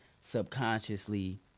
subconsciously